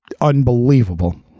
unbelievable